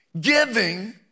Giving